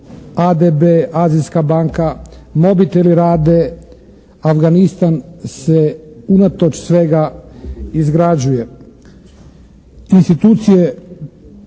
ADB, Azijska banka, mobiteli rade, Afganistan se unatoč svega izgrađuje. Institucije